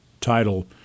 title